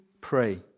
Pray